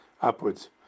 upwards